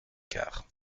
quart